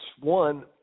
one